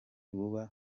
buba